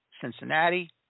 Cincinnati